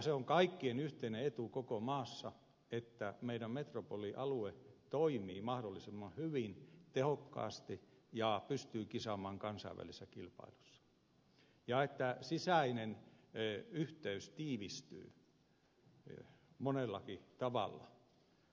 se on kaikkien yhteinen etu koko maassa että meidän metropolialueemme toimii mahdollisimman hyvin tehokkaasti ja pystyy kisaamaan kansainvälisessä kilpailussa ja että sisäinen yhteys tiivistyy monellakin tavalla